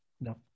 No